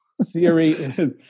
siri